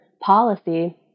policy